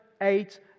eight